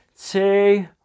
two